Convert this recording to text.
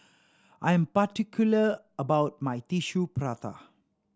I am particular about my Tissue Prata